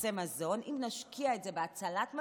בכרטיסי מזון, אם נשקיע את זה בהצלת מזון,